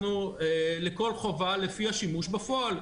לכל חובה לפי השימוש בפועל.